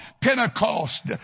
Pentecost